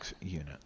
unit